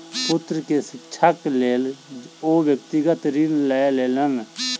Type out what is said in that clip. पुत्र के शिक्षाक लेल ओ व्यक्तिगत ऋण लय लेलैन